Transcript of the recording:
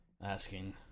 asking